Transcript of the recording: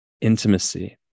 intimacy